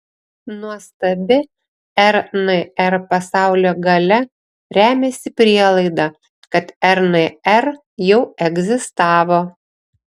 nuostabi rnr pasaulio galia remiasi prielaida kad rnr jau egzistavo